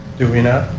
do we not?